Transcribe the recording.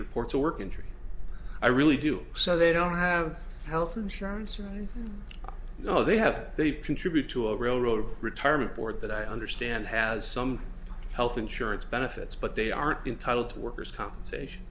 report to work injury i really do so they don't have health insurance or you know they have they contribute to a railroad retirement board that i understand has some health insurance benefits but they aren't entitle to workers compensation